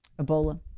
Ebola